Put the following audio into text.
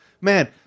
man